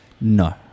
No